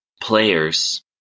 players